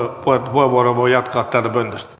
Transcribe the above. puheenvuoroa voi jatkaa täältä pöntöstä